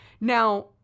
now